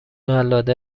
قلاده